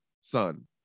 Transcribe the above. son